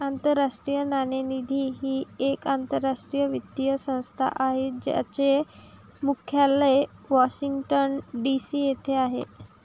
आंतरराष्ट्रीय नाणेनिधी ही एक आंतरराष्ट्रीय वित्तीय संस्था आहे ज्याचे मुख्यालय वॉशिंग्टन डी.सी येथे आहे